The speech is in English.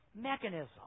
mechanism